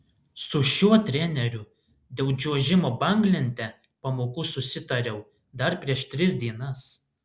su šiuo treneriu dėl čiuožimo banglente pamokų susitariau dar prieš tris dienas